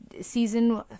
season